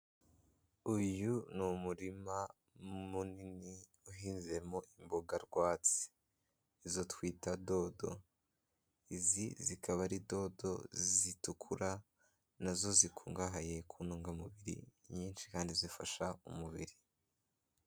Uyu ni umurima munini, uhinzemo imboga rwatsi. Izo twita dodo, izi zikaba ari dodo zitukura, nazo zikungahaye ku ntungamubiri nyinshi kandi zifasha umubiri.